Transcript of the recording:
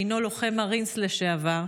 שהינו לוחם מארינס לשעבר,